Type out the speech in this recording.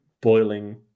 boiling